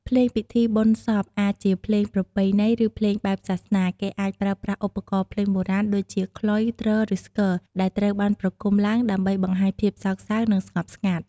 ភ្លេងពិធីបុណ្យសព អាចជាភ្លេងប្រពៃណី ឬភ្លេងបែបសាសនា គេអាចប្រើប្រាស់ឧបករណ៍ភ្លេងបុរាណដូចជា ខ្លុយ ទ្រ ឬស្គរ ដែលត្រូវបានប្រគុំឡើងដើម្បីបង្ហាញភាពសោកសៅ និងស្ងប់ស្ងាត់។